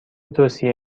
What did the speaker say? توصیه